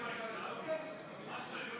נאום הנדסת תודעה, איזה מספר?